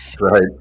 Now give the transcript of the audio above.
Right